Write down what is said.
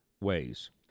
ways